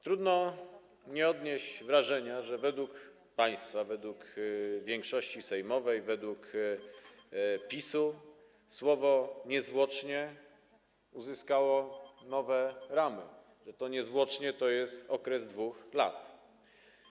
Trudno nie odnieść wrażenia, że według państwa, według większości sejmowej, według PiS słowo „niezwłocznie” uzyskało nowe ramy, niezwłocznie to okres 2 lat.